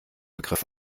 begriff